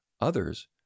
Others